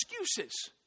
excuses